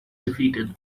defeated